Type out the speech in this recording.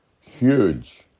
huge